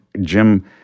Jim